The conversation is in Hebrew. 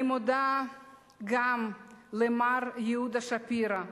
אני מודה גם למר יהודה שפירא,